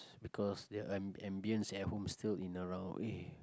because the ambience at home is still in